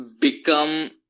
become